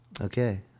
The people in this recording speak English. okay